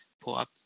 pull-up